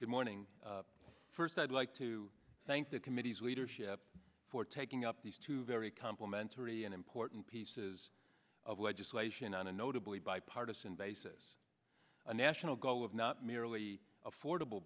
good morning first i'd like to thank the committee's leadership for taking up these two very complimentary and important pieces of legislation on a notably bipartisan basis a national goal of not merely affordable